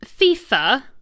FIFA